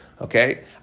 Okay